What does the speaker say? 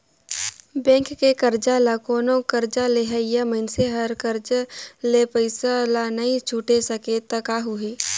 bank के करजा ल कोनो करजा लेहइया मइनसे हर करज ले पइसा ल नइ छुटे सकें त का होही